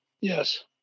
Yes